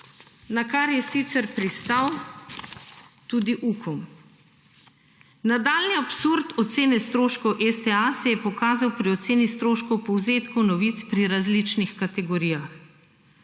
na kar je sicer pristal tudi UKOM. Nadaljnji absurd ocene stroškov STA se je pokazal pri oceni stroškov povzetkov novic pri različnih kategorijah.